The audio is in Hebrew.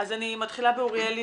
אני מתחילה באוריאל לין,